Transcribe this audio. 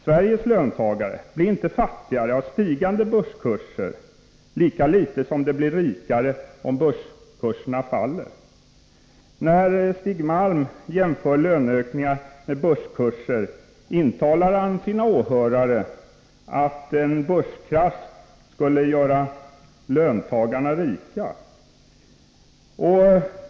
Sveriges löntagare blir inte fattigare av stigande börskurser, lika litet som de blir rikare om kurserna faller. När Stig Malm jämför löneökningar med börskurser intalar han sina åhörare att en börskrasch skulle göra löntagarna rika.